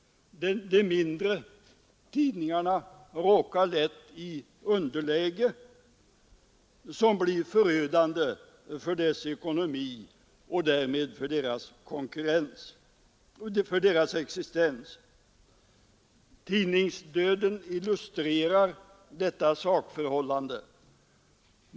De mindre tidningarna råkar lätt i ett underläge som blir förödande för deras ekonomi och därmed för deras existens. Tidningsdöden illustrerar detta sakförhållande.